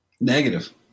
Negative